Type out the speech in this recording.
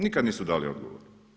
Nikad nisu dali odgovor.